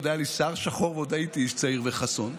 עוד היה לי שיער שחור ועוד הייתי איש צעיר וחסון.